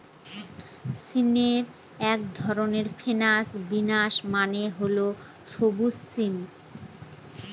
সিমের এক ধরন ফ্রেঞ্চ বিনস মানে হল সবুজ সিম